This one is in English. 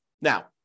Now